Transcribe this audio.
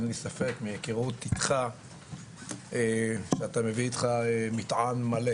אין לי ספק מהיכרות איתך שאתה מביא איתך מטען מלא